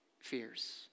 fears